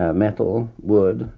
ah metal, wood,